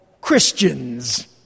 Christians